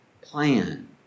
plan